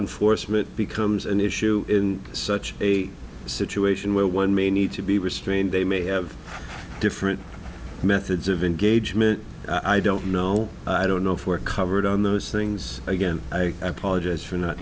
enforcement becomes an issue in such a situation where one may need to be restrained they may have different methods of engagement i don't know i don't know if we're covered on those things again i apologize for not